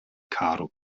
karo